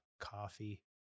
coffee